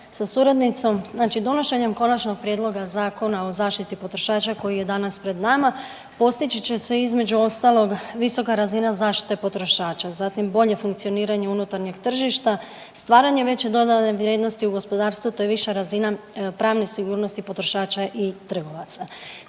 sa suradnicom. Znači donošenjem Konačnog prijedloga zakona o zaštiti potrošača koji je danas pred nama postići će se između ostalog visoka razina zaštite potrošača, zatim bolje funkcioniranje unutarnjeg tržišta, stvaranje veće dodane vrijednosti u gospodarstvu, te viša razina pravne sigurnosti potrošača i trgovaca.